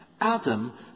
Adam